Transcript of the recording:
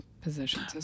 positions